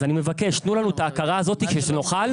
אז אני מבקש, תנו לנו את ההכרה הזאת שנוכל להתקדם.